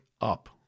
up